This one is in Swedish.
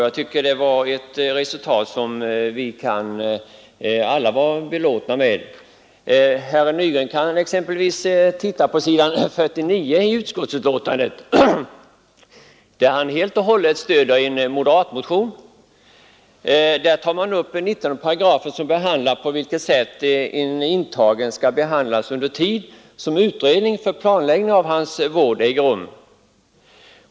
Jag tycker att vi alla kan vara belåtna med resultatet. Herr Nygren kan exempelvis se på s. 49 i betänkandet, där han helt och hållet stöder en moderatmotion. Den tar upp 19 §, som innehåller bestämmelse om hur en intagen skall behandlas under tid då utredning för planläggning av hans vård äger rum.